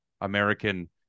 American